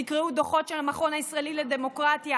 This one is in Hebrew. תקראו דוחות של המכון הישראלי לדמוקרטיה,